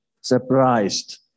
Surprised